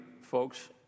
folks